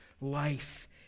life